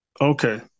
Okay